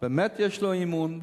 באמת יש לו אי-אמון,